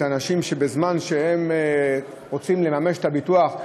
את האנשים שבזמן שהם רוצים לממש את הביטוח,